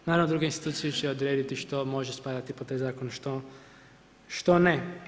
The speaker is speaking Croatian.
Naravno, druge institucije će odrediti, što može spadati pod te zakone, što ne.